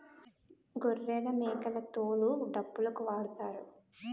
గొర్రెలమేకల తోలు డప్పులుకు వాడుతారు